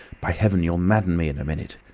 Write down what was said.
by heaven! you'll madden me in a minute!